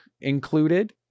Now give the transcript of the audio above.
included